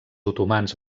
otomans